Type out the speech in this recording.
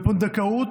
בפונדקאות,